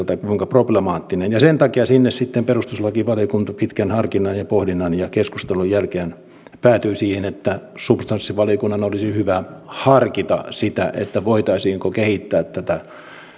tai kuinka problemaattinen se on sen takia sitten perustuslakivaliokunta pitkän harkinnan pohdinnan ja keskustelun jälkeen päätyi siihen että substanssivaliokunnan olisi hyvä harkita sitä voitaisiinko kehittää tätä